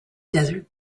desert